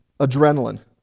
Adrenaline